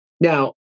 Now